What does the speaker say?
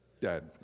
Dead